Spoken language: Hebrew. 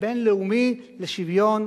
הבין-לאומי לשוויון